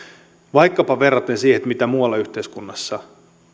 vaikkapa verraten siihen mitä muualla yhteiskunnassa